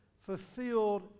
fulfilled